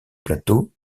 plateau